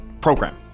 program